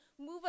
move